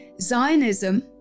Zionism